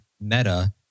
Meta